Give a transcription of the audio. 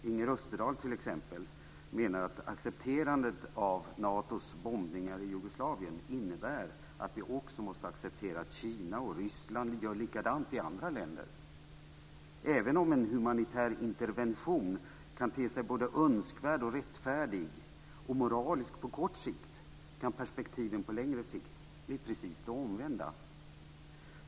Inger Österdahl t.ex. menar att accepterandet av Natos bombningar i Jugoslavien innebär att vi också måste acceptera att Kina och Ryssland gör likadant i andra länder. Även om en humanitär intervention kan te sig både önskvärd, rättfärdig och moralisk på kort sikt kan perspektiven på längre sikt bli precis de omvända.